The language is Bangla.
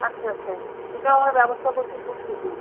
আচ্ছা আচ্ছা সেটাও আমরা ব্যবস্থা করছি খুব শিগগিরি